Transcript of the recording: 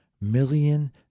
million